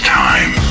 time